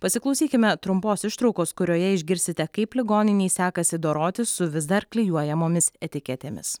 pasiklausykime trumpos ištraukos kurioje išgirsite kaip ligoninei sekasi dorotis su vis dar klijuojamomis etiketėmis